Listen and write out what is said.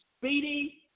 speedy